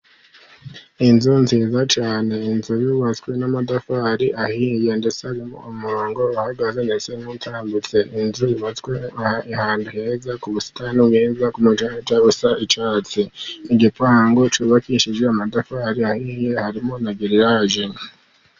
Inzu nziza cyane, inzu yubatswe n’amatafari ahiye. Ndetse harimo umurongo uhagaze ndetse n’utambitse. Inzu yubatswe ahantu heza, ku busitani bwiza, ku mucaca usa n’icyatsi. Igipangu cyubakishije amatafari ahiye, harimo na giriyaje.